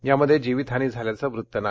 यामध्ये जीवित हानी झाल्याचं वृत्त नाही